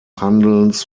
handelns